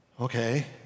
Okay